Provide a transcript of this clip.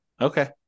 Okay